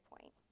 point